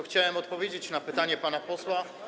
Chciałem odpowiedzieć na pytanie pana posła.